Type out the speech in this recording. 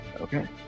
Okay